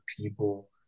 people